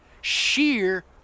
sheer